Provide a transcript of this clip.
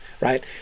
right